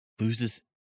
loses